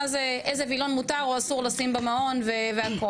זה איזה וילון מותר או אסור לשים במעון והכל,